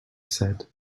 said